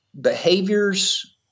behaviors